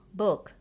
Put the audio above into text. book